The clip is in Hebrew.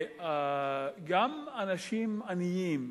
גם אנשים עניים,